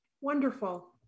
Wonderful